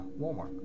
Walmart